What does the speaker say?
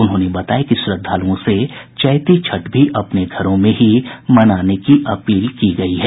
उन्होंने बताया कि श्रद्धालुओं से चैती छठ भी अपने घरों में ही मनाने की अपील की गयी है